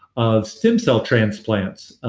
of stem cell transplants.